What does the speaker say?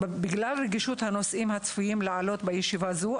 בגלל רגישות הנושאים הצפויים לעלות בישיבה זו,